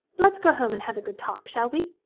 let's go home and have a good talk, shall we